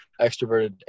extroverted